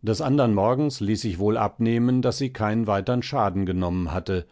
des andern morgens ließ sich wohl abnehmen daß sie keinen weitern schaden genommen hatte